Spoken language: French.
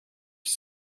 qui